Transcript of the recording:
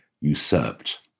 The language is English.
usurped